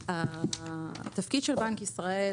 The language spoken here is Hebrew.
התפקיד של בנק ישראל,